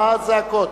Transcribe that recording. מה הזעקות?